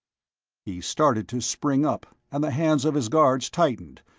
he started to spring up, and the hands of his guards tightened,